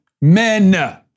Men